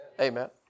Amen